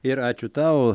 ir ačiū tau